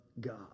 God